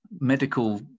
medical